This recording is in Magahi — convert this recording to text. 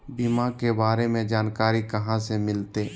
बीमा के बारे में जानकारी कहा से मिलते?